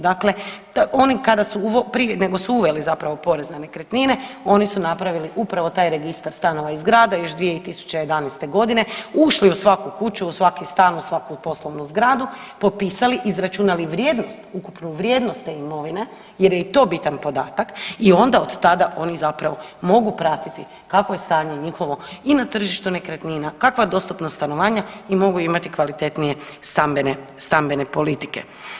Dakle, oni kada su, prije nego su uveli zapravo porez na nekretnine oni su napravili upravo taj registar stanova i zgrada još 2011. godine, ušli u svaku kuću, u svaki stan, u svaku poslovnu zgradu, popisali, izračunali vrijednost, ukupnu vrijednost te imovine jer je i to bitan podatak i onda od tada oni zapravo mogu pratiti kakvo je stanje njihovo i na tržištu nekretnina, kakva je dostupnost stanovanja i mogu imati kvalitetnije stambene, stambene politike.